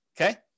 okay